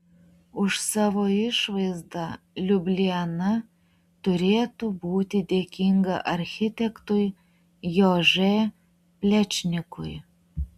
už savo išvaizdą liubliana turėtų būti dėkinga architektui jože plečnikui